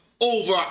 over